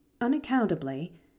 Unaccountably